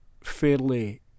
fairly